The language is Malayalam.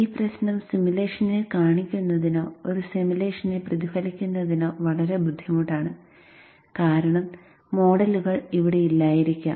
ഈ പ്രശ്നം സിമുലേഷനിൽ കാണിക്കുന്നതിനോ ഒരു സിമുലേഷനിൽ പ്രതിഫലിക്കുന്നതിനോ വളരെ ബുദ്ധിമുട്ടാണ് കാരണം മോഡലുകൾ അവിടെ ഇല്ലായിരിക്കാം